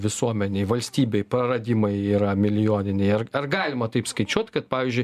visuomenei valstybei praradimai yra milijoniniai ar ar galima taip skaičiuot kad pavyzdžiui